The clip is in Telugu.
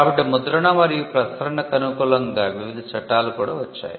కాబట్టి ముద్రణ మరియు ప్రసరణకు అనుకూలంగా వివిధ చట్టాలు కూడా ఉన్నాయి